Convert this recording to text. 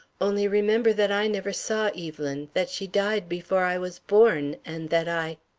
only remember that i never saw evelyn, that she died before i was born, and that i